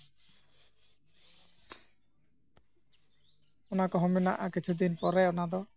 ᱚᱱᱟ ᱠᱚᱦᱚᱸ ᱢᱮᱱᱟᱜᱼᱟ ᱠᱤᱪᱷᱩ ᱫᱤᱱ ᱯᱚᱨᱮ ᱚᱱᱟ ᱫᱚ